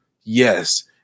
yes